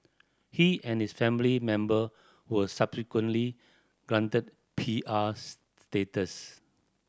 he and his family member were subsequently granted P R status